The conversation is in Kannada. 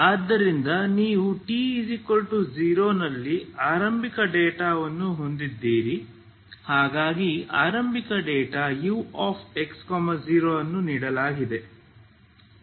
ಆದ್ದರಿಂದ ನೀವು t0 ನಲ್ಲಿ ಆರಂಭಿಕ ಡೇಟಾವನ್ನು ಹೊಂದಿದ್ದೀರಿ ಹಾಗಾಗಿ ಆರಂಭಿಕ ಡೇಟಾ ux0 ಅನ್ನು ನೀಡಲಾಗಿದೆ